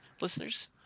listeners